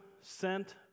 sent